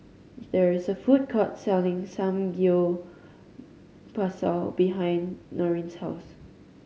there is a food court selling Samgeyopsal behind Noreen's house